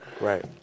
Right